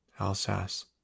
Alsace